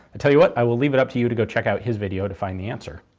and tell you what, i will leave it up to you to go check out his video to find the answer.